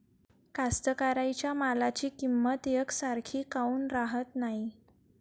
कास्तकाराइच्या मालाची किंमत यकसारखी काऊन राहत नाई?